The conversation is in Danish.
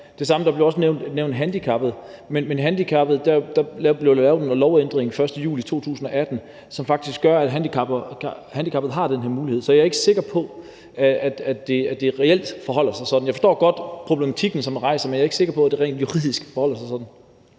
men med hensyn til handicappede blev der lavet en lovændring den 1. juli 2018, som faktisk gør, at handicappede har den her mulighed. Så jeg er ikke sikker på, at det reelt forholder sig sådan. Jeg forstår godt problematikken, som man rejser, men jeg er ikke sikker på, at det rent juridisk forholder sig sådan.